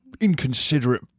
inconsiderate